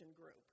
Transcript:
group